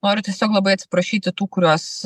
noriu tiesiog labai atsiprašyti tų kuriuos